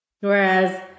Whereas